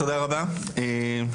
שלום,